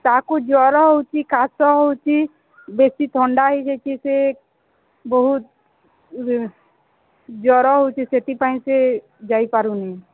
ତାକୁ ଜର ହେଉଛି କାଶ ହେଉଛି ବେଶି ଥଣ୍ଡା ହେଇଯାଇଛି ସେ ବହୁତ ଜର ହେଉଛି ସେଥିପାଇଁ ସେ ଯାଇପାରୁନି